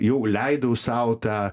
jau leidau sau tą